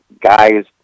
Guys